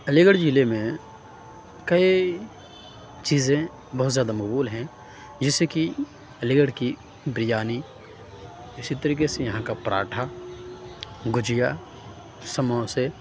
علی گڑھ ضلع میں کئی چیزیں بہت زیادہ مقبول ہیں جیسے کہ علی گڑھ کی بریانی اِسی طریقے سے یہاں کا پراٹھا گُجیا سموسے